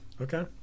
Okay